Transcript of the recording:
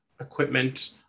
equipment